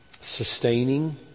sustaining